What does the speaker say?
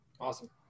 Awesome